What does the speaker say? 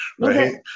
Right